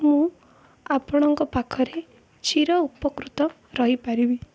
ମୁଁ ଆପଣଙ୍କ ପାଖରେ ଚିର ଉପକୃତ ରହିପାରିବି